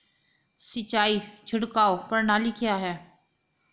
सिंचाई छिड़काव प्रणाली क्या है?